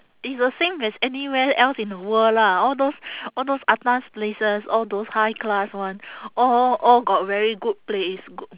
it's the same as anywhere else in the world lah all those all those atas places all those high class [one] all all got very good place g~